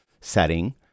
setting